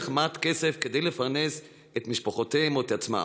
מעט כסף כדי לפרנס את משפחותיהם או את עצמם.